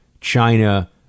China